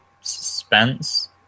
suspense